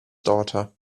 daughter